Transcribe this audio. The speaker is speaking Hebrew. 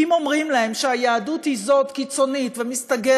כי אם אומרים להם שהיהדות היא כזאת קיצונית ומסתגרת,